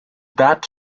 that